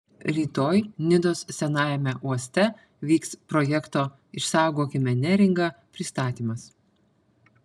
rytoj nidos senajame uoste vyks projekto išsaugokime neringą pristatymas